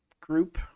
group